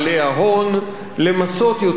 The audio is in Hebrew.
למסות יותר את הטייקונים,